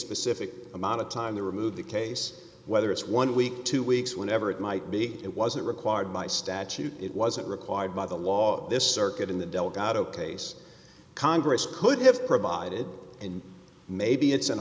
specific amount of time to remove the case whether it's one week two weeks whatever it might be it wasn't required by statute it wasn't required by the law this circuit in the delgado case congress could have provided and maybe it's an